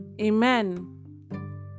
amen